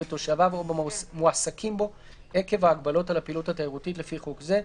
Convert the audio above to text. בתושביו או במועסקים בו עקב ההגבלות על הפעילות התיירותית לפי חוק זה,